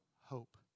hope